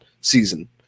season